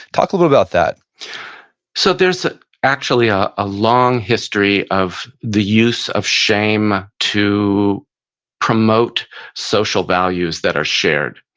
talk a little bit about that so there's ah actually ah a long history of the use of shame to promote social values that are shared.